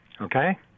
Okay